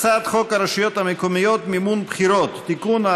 הצעת חוק הרשויות המקומיות (מימון בחירות) (תיקון,